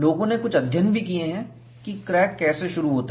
लोगों ने कुछ अध्ययन भी किए हैं कि क्रैक कैसे शुरू होता है